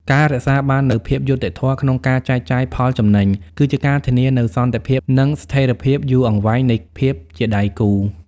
ការរក្សាបាននូវ "ភាពយុត្តិធម៌" ក្នុងការចែកចាយផលចំណេញ គឺជាការធានានូវសន្តិភាព និងស្ថិរភាពយូរអង្វែងនៃភាពជាដៃគូ។